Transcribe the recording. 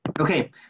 Okay